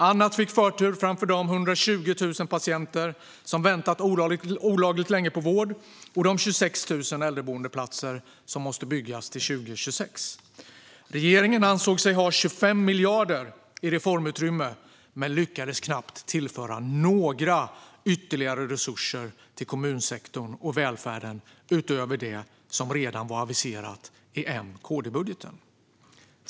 Annat fick förtur framför de 120 000 patienter som väntat olagligt länge på vård och de 26 000 äldreboendeplatser som måste byggas till 2026. Regeringen ansåg sig ha 25 miljarder i reformutrymme men lyckades knappt tillföra några ytterligare resurser till kommunsektorn och välfärden utöver det som redan var aviserat i M-KD-budgeten.